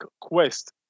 quest